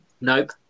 Nope